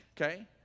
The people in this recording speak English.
okay